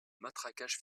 matraquage